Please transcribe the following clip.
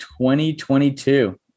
2022